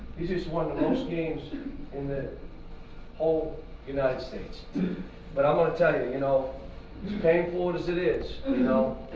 these just one of those games in the whole united states but i want to tell you you know came forward as it is no,